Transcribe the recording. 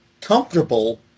comfortable